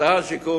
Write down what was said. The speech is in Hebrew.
שר השיכון,